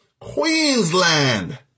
Queensland